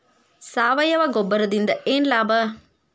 ಸಾವಯವ ಗೊಬ್ಬರದಿಂದ ಏನ್ ಲಾಭ?